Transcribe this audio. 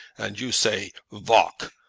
and you say valk.